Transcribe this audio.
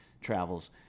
travels